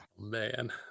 Man